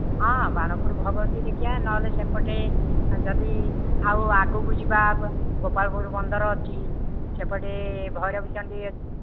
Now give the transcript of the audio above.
ହଁ ବାଣପୁର ଭଗବତୀ ଦେଖିଆ ନହେଲେ ସେପଟେ ଯଦି ଆଉ ଆଗକୁ ଯିବା ଗୋପାଳପୁର ବନ୍ଦର ଅଛି ସେପଟେ ଭୈରବୀ ଚଣ୍ଡୀ ଅଛି